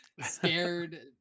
scared